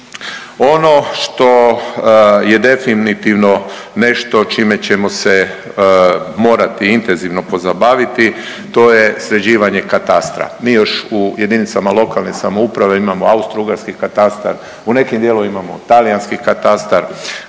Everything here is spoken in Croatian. Ono što je definitivno nešto čime ćemo se morati intenzivno pozabaviti to je sređivanje katastra. Mi još u jedinicama lokalne samouprave imamo austrougarski katastar, u nekim dijelovima imamo talijanski katastar.